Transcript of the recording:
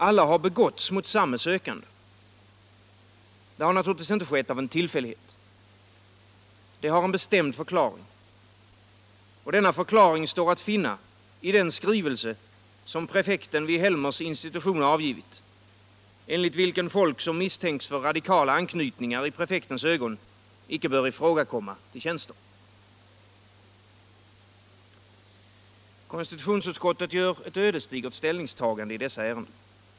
Alla har begåtts mot samme sökande. Det har naturligtvis inte skett av en tillfällighet. Det har en bestämd förklaring. Denna förklaring står att finna i den skrivelse som prefekten vid Helmers institution har avgivit och enligt vilken folk, som misstänks för radikala anknytningar, i prefektens ögon inte bör ifrågakomma till tjänster. Konstitutionsutskottet gör ett ödesdigert ställningstagande i dessa ärenden.